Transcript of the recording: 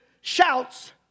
shouts